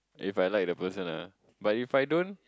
if I like the person ah but if I don't